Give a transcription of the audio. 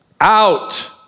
out